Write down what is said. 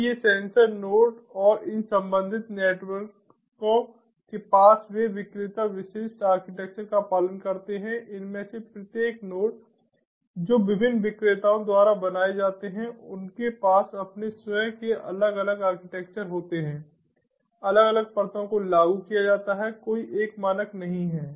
फिर ये sensor nodes और इन संबंधित नेटवर्कों के पास वे विक्रेता विशिष्ट आर्किटेक्चर का पालन करते हैं इनमें से प्रत्येक नोड्स जो विभिन्न विक्रेताओं द्वारा बनाए जाते हैं उनके पास अपने स्वयं के अलग अलग आर्किटेक्चर होते हैं अलग अलग परतों को लागू किया जाता है कोई एक मानक नहीं है